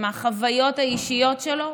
עם החוויות האישיות שלו,